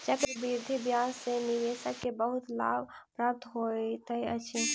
चक्रवृद्धि ब्याज दर सॅ निवेशक के बहुत लाभ प्राप्त होइत अछि